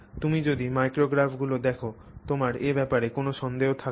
তুমি যদি মাইক্রোগ্রাফগুলি দেখ তোমার এ ব্যাপারে কোন সন্দেহ থাকবে না